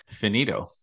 finito